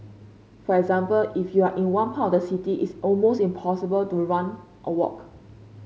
for example if you are in one part of the city it's almost impossible to run or walk